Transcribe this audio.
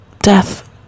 death